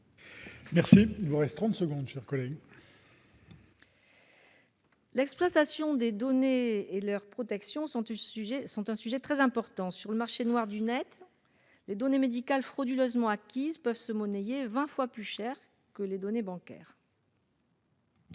Mme Florence Lassarade, pour la réplique. L'exploitation des données et leur protection sont un sujet très important. Sur le marché noir du net, les données médicales frauduleusement acquises peuvent se monnayer vingt fois plus cher que les données bancaires